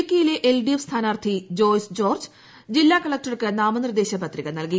ഇടുക്കിയിലെ L D F സ്ഥാനാർത്ഥി ജോയ്സ് ജോർജ്ജ് ജില്ലാകളക്ടർക്ക് നാമനിർദ്ദേശ പത്രിക നൽകി